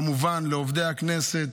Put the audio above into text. כמובן לעובדי הכנסת,